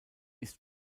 ist